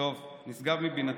טוב, נשגב מבינתי.